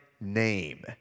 name